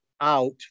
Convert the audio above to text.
out